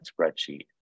spreadsheet